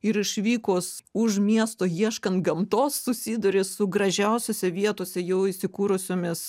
ir išvykus už miesto ieškan gamtos susiduri su gražiausiose vietose jau įsikūrusiomis